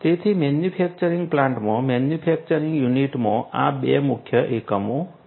તેથી મેન્યુફેક્ચરિંગ પ્લાન્ટમાં મેન્યુફેક્ચરિંગ યુનિટમાં આ 2 મુખ્ય એકમો છે